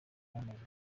zamaze